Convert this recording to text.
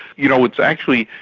you know it's actually,